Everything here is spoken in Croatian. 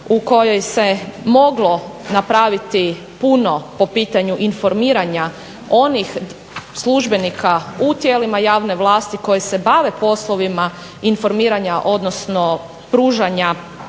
u kojoj se moglo napraviti puno po pitanju informiranja onih službenika u tijelima javne vlasti koji se bave poslovima informiranja, odnosno pružanja